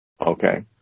Okay